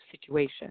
situation